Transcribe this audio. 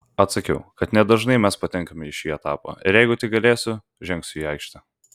atsakiau kad nedažnai mes patenkame į šį etapą ir jeigu tik galėsiu žengsiu į aikštę